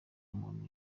umuntu